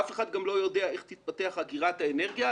אף אחד גם לא יודע איך תתפתח אגירת האנרגיה.